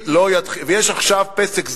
יש עכשיו פסק זמן,